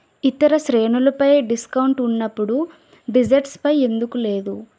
ఇతర శ్రేణులపై డిస్కౌంట్ ఉన్నప్పుడు డిజర్ట్స్ పై ఎందుకు లేదు